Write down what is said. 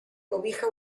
cobija